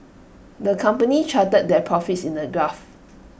the company charted their profits in A graph